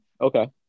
Okay